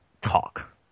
talk